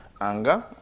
anger